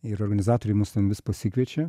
ir organizatoriai mus ten vis pasikviečia